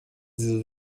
sie